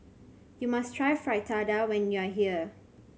you must try Fritada when you are here